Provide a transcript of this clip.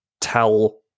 tell